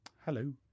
Hello